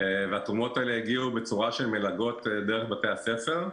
התרומות האלה הגיעו בצורה של מלגות דרך בתי-הספר.